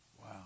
Wow